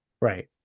right